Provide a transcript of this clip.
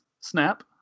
Snap